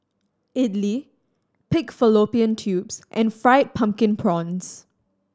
idly pig fallopian tubes and Fried Pumpkin Prawns